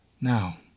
Now